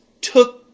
took